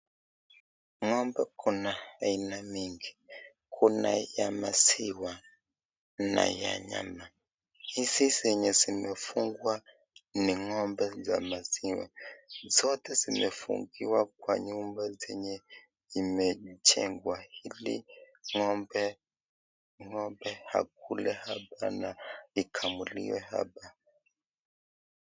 Ng'ombe kuna aina mingi. Kuna ya maziwa na ya nyama. Hizi zenye zimefungwa ni ng'ombe za maziwa. Zote zimefungiwa kwa nyumba zenye zimejengwa ili ng'ombe akule hapa na ikamuliwe hapa.